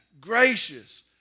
gracious